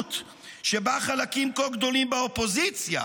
הקלות שבה חלקים כה גדולים באופוזיציה